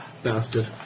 Bastard